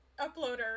Uploader